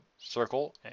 Circle